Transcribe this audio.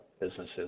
businesses